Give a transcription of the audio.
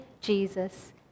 Jesus